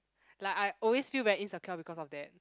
like I always felt very insecure because of that